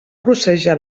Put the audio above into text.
rossejar